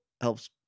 Helps